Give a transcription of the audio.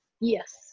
yes